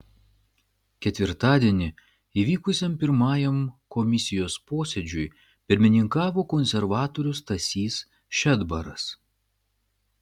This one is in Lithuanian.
ketvirtadienį įvykusiam pirmajam komisijos posėdžiui pirmininkavo konservatorius stasys šedbaras